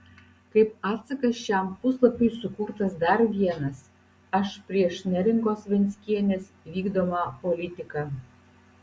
kaip atsakas šiam puslapiui sukurtas dar vienas aš prieš neringos venckienės vykdomą politiką